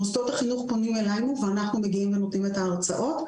מוסדות החינוך פונים אלינו ואנחנו מגיעים ונותנים את ההרצאות,